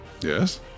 Yes